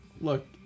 Look